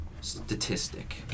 statistic